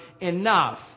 enough